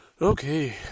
Okay